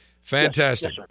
Fantastic